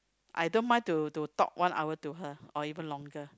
I don't mind to to talk one hour to her or even longer